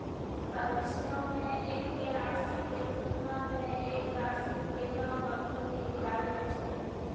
भविष्यो मे एक्के राशि के तुलना मे एक राशि के दाम अखनि ज्यादे छै